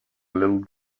little